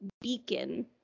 beacon